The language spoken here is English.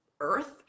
earth